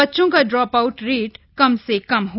बच्चों का dropout rate कम से कम हो